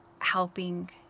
helping